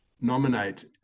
nominate